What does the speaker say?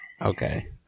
Okay